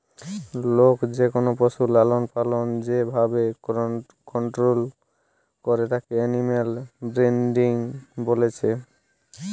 লোক যেকোনো পশুর লালনপালন যে ভাবে কন্টোল করে তাকে এনিম্যাল ব্রিডিং বলছে